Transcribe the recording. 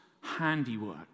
handiwork